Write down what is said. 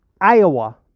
Iowa